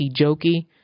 jokey